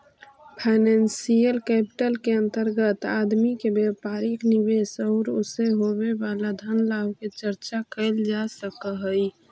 financial capital के अंतर्गत आदमी के व्यापारिक निवेश औउर उसे होवे वाला धन लाभ के चर्चा कैल जा सकऽ हई